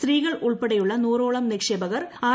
സ്ത്രീകൾ ഉൾപ്പെടെയുള്ള നൂറോളം നിക്ഷേപകർ ആർ